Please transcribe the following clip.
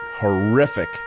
horrific